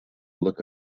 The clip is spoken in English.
look